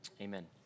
Amen